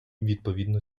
відповідно